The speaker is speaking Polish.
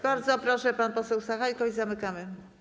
Bardzo proszę, pan poseł Sachajko i zamykamy.